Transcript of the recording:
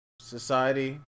society